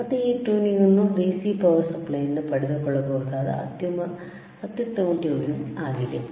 ಮತ್ತೆ ಈ ಟ್ಯೂನಿಂಗ್ ನ್ನು DC ಪವರ್ ಸಪ್ಲೈನಿಂದ ಪಡೆದುಕೊಳ್ಳಬಹುದಾದ ಅತ್ಯುತ್ತಮ ಟ್ಯೂನಿಂಗ್ ಆಗಿದೆ